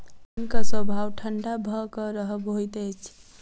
पाइनक स्वभाव ठंढा भ क रहब होइत अछि